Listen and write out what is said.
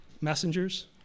messengers